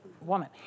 woman